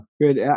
good